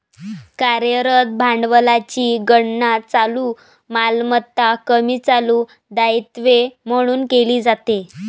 कार्यरत भांडवलाची गणना चालू मालमत्ता कमी चालू दायित्वे म्हणून केली जाते